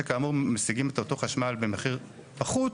שכאמור משיגים את אותו חשמל במחיר פחות,